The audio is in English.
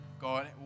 God